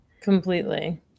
completely